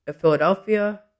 Philadelphia